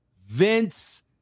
Vince